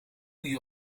niet